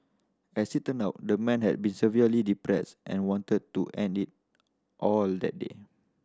as it turns out the man had been severely depressed and wanted to end it all that day